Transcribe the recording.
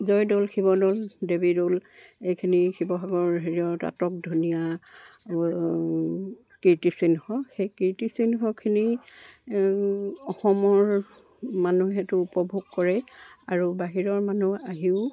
জয়দৌল শিৱদৌল দেৱীদৌল এইখিনি শিৱসাগৰ হেৰিয়ত আটক ধুনীয়া কীৰ্তিচিহ্ন সেই কীৰ্তিচিহ্নখিনি অসমৰ মানুহেতো উপভোগ কৰে আৰু বাহিৰৰ মানুহ আহিও